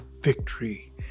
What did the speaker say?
victory